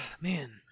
Man